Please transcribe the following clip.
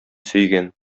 сөйгән